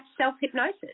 self-hypnosis